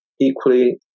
equally